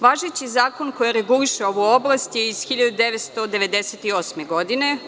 Važeći zakon koji reguliše ovu oblast je iz 1988. godine.